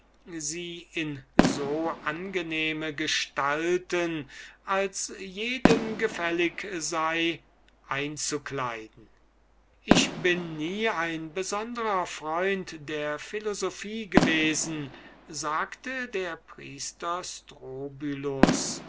sie in so angenehme gestalten als jedem gefällig sei einzukleiden ich bin nie ein besonderer freund der philosophie gewesen sagte der